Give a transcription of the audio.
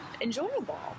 enjoyable